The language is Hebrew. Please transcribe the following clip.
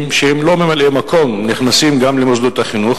שהם לא ממלאי-מקום נכנסים למוסדות החינוך.